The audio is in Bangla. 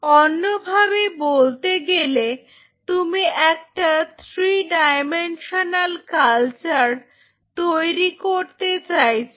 অন্যভাবে বলতে গেলে তুমি একটা থ্রি ডায়মেনশনাল কালচার তৈরি করতে চাইছো